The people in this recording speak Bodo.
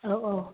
औ औ